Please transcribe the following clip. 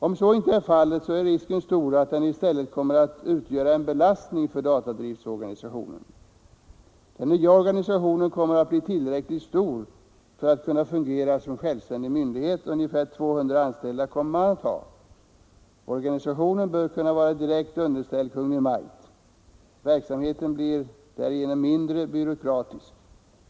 Om så inte är fallet, är risken stor att den i stället kommer att utgöra en belastning för datadriftorganisationen.” Den nya organisationen kommer att bli tillräckligt stor för att kunna fungera som en självständig myndighet. Ungefär 200 anställda kommer den att ha. Organisationen bör vara direkt underställd Kungl. Maj:t. Verksamheten blir därigenom mindre byråkratisk.